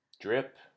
Drip